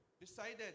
decided